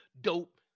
dope